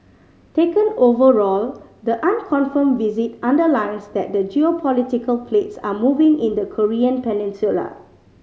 taken overall the unconfirmed visit underlines that the geopolitical plates are moving in the Korean Peninsula